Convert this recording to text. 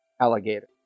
alligator